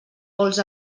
pols